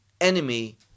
enemy